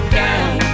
down